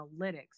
analytics